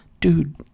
Dude